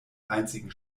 einzigen